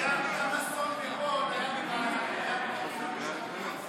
גם אסון מירון היה בחקירה משטרתית,